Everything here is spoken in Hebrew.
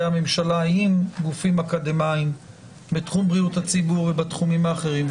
הממשלה עם גופים אקדמאיים בתחום בריאות הציבור ובתחומים האחרים,